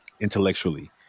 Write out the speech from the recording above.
intellectually